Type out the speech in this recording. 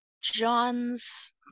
John's